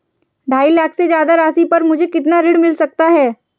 ढाई लाख से ज्यादा राशि पर मुझे कितना ऋण मिल सकता है?